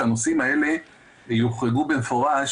הנושאים האלה יוחרגו במפורש,